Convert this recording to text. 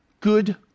good